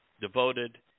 devoted